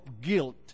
guilt